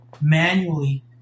manually